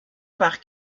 par